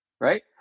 Right